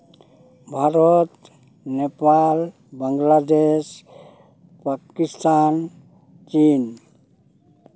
ᱵᱷᱟᱨᱚᱛ ᱱᱮᱯᱟᱞ ᱵᱟᱝᱞᱟᱫᱮᱥ ᱯᱟᱠᱤᱥᱛᱷᱟᱱ ᱪᱤᱱ